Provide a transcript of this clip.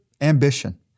ambition